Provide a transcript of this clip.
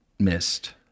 missed